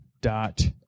dot